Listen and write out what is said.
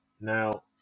Now